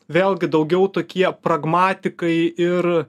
vėlgi daugiau tokie pragmatikai ir